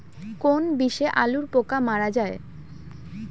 কোন বিষে আলুর পোকা মারা যায়?